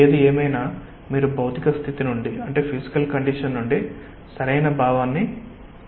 ఏది ఏమైనా మీరు ఫిజికల్ కండిషన్ నుండి సరైన భావాన్ని నిర్ధారించాలి